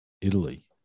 Italy